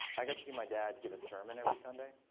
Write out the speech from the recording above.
i got to see my dad give a sermon every sunday.